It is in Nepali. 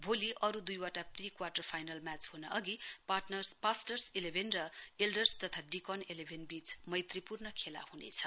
भोलि अरू दुईवटा प्री क्वाटर फाइनल म्याच हुनअघि पासटर्स इलेभेन र इलडर्स तथा डेकन इलेभन बीच मैत्रीपूर् खेला हुनेछ